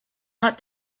not